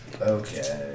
Okay